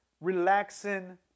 relaxing